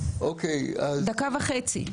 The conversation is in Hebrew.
דקה וחצי לרשותך.